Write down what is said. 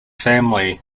family